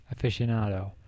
aficionado